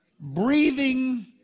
breathing